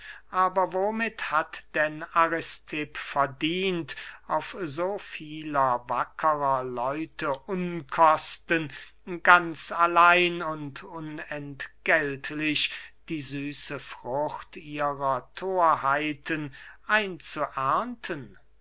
aber womit hat denn aristipp verdient auf so vieler wackerer leute unkosten ganz allein und unentgeltlich die süße frucht ihrer thorheiten